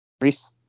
Reese